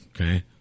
Okay